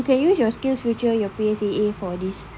you can use your skillsfuture your P_S_E_A for this